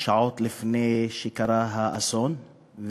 שעות לפני שקרה האסון,